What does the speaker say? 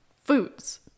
foods